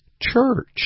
church